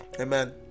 amen